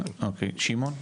אוקי, שמעון.